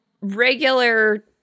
regular